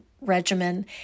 regimen